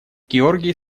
георгий